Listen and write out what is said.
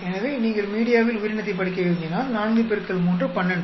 எனவே நீங்கள் மீடியாவில் உயிரினத்தை படிக்க விரும்பினால் 4 X 3 12